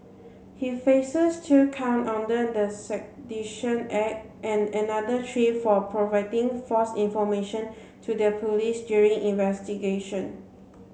he faces two count under the Sedition Act and another tree for providing false information to their police during investigation